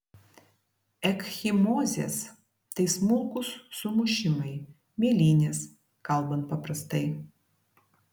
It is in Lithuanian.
ekchimozės tai smulkūs sumušimai mėlynės kalbant paprastai